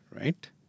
Right